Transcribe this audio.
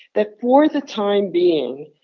that, for the time being,